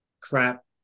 crap